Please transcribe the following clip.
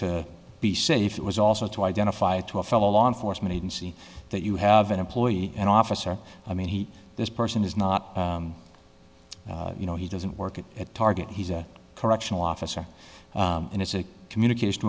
to be safe it was also to identify to a fellow law enforcement agency that you have an employee an officer i mean he this person is not you know he doesn't work at target he said correctional officer and it's a communication